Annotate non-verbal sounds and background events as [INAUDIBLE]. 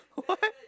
what [LAUGHS]